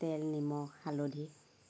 তেল নিমখ হালধি